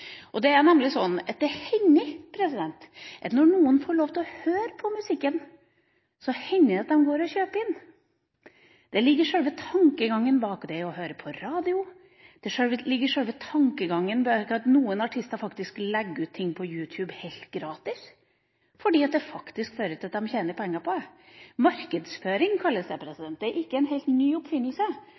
Det er nemlig slik at når noen får lov til å høre på musikken, hender det at de går og kjøper den. Det ligger i sjølve tankegangen bak det å høre på radio, det ligger i sjølve tankegangen bak at noen artister faktisk legger ut noe på YouTube helt gratis, fordi det faktisk fører til at de tjener penger på det. Markedsføring kalles det, det er ikke en helt ny oppfinnelse,